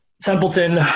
Templeton